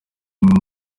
imwe